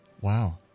Wow